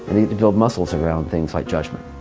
to build muscles around things like judgment.